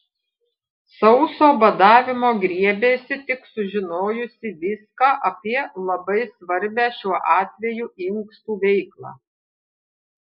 sauso badavimo griebėsi tik sužinojusi viską apie labai svarbią šiuo atveju inkstų veiklą